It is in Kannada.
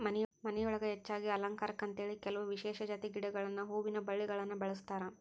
ಮನಿಯೊಳಗ ಹೆಚ್ಚಾಗಿ ಅಲಂಕಾರಕ್ಕಂತೇಳಿ ಕೆಲವ ವಿಶೇಷ ಜಾತಿ ಗಿಡಗಳನ್ನ ಹೂವಿನ ಬಳ್ಳಿಗಳನ್ನ ಬೆಳಸ್ತಾರ